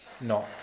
no